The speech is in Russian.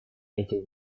этих